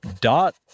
Dot